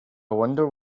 wonder